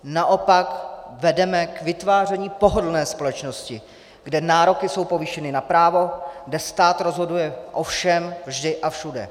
Naopak, vedeme je k vytváření pohodlné společnosti, kde nároky jsou povýšeny na právo, kde stát rozhoduje o všem, vždy a všude.